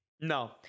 No